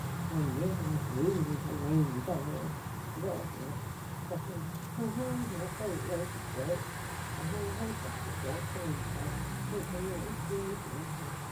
Jó ñiu aig já lain joh, joh náh tsá jaum aum oh ná toi laig tsá kieg áh jo jau chá tsá kie sein la jei aum tsá muo uh chí na jein.